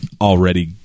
already